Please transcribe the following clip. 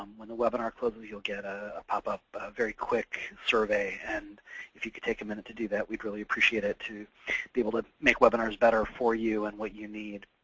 um when the webinar closes, you'll get ah a popup a very quick survey, and if you could take a minute to do that, we'd really appreciate it, to be able to make webinars better for you and what you need.